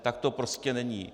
Tak to prostě není.